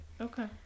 Okay